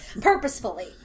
Purposefully